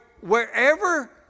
wherever